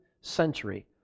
century